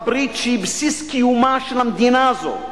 הברית שהיא בסיס קיומה של המדינה הזו,